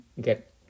get